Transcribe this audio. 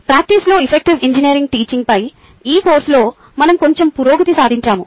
ప్రాక్టీస్లో effective engineering teaching పై ఈ కోర్సులో మనం కొంచెం పురోగతి సాధించాము